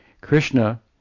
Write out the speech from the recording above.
Krishna